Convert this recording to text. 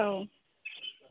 औ